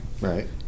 Right